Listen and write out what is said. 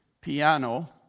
piano